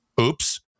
Oops